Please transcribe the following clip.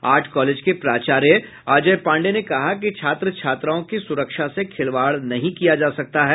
art college के प्राचार्य अजय पांडेय ने कहा कि छात्र छात्राओं की सुरक्षा से खिलवाड़ नहीं किया जा सकता है